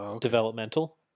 developmental